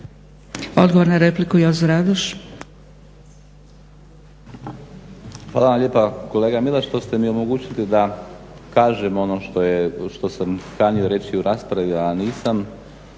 Odgovor na repliku Jozo Radoš. **Radoš, Jozo (HNS)** Hvala vam lijepa kolega Milas što ste mi omogućili da kažem ono što sam kanio reći u raspravi, a nisam,